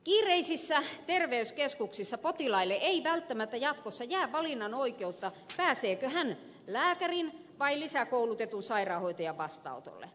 kiireisissä terveyskeskuksissa potilaille ei välttämättä jatkossa jää valinnanoikeutta pääseekö hän lääkärin vai lisäkoulutetun sairaanhoitajan vastaanotolle